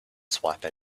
swipe